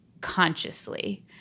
consciously